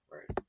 Right